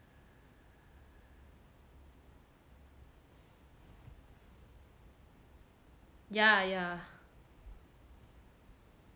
yeah yeah